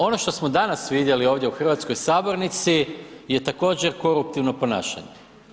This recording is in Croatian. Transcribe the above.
Ono što smo danas vidjeli u Hrvatskoj sabornici je također koruptivno ponašanje.